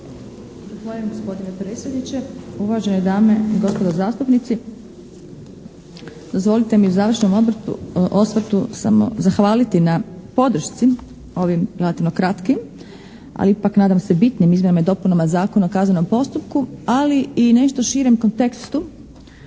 Zahvaljujem gospodine predsjedniče. Uvažene dame i gospodo zastupnici! Dozvolite mi u završnom osvrtu samo zahvaliti na podršci ovim relativno kratkim ali ipak nadam se bitnim izmjenama i dopunama Zakona o kaznenom postupku ali i nešto širem kontekstu